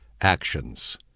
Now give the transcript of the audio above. actions